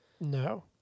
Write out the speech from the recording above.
No